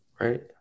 Right